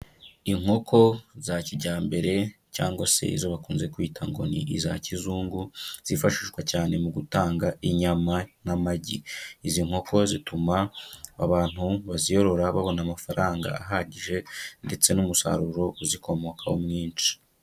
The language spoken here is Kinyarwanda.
Inkoko za kijyambere cyangwa se izo bakunze kwita ngo ni iza kizungu, zifashishwa cyane mu gutanga inyama n'amagi. Izi nkoko zituma abantu bazorora babona amafaranga ahagije ndetse n'umusaruro uzikomokaho mwinshi.